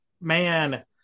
man